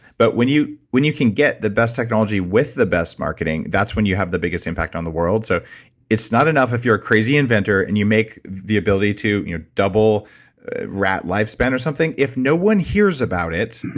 but when you when you can get the best technology with the best marketing, that's when you have the biggest impact on the world. so it's not enough if you're a crazy inventor and you make the ability to double rat lifespan or something. if no one hears about it,